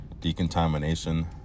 Decontamination